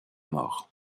mort